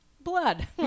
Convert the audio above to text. blood